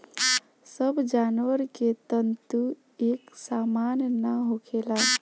सब जानवर के तंतु एक सामान ना होखेला